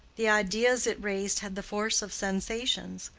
the ideas it raised had the force of sensations.